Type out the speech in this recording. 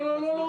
לא, לא.